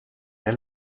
der